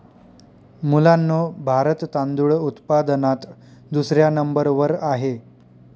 मुलांनो भारत तांदूळ उत्पादनात दुसऱ्या नंबर वर आहे